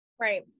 right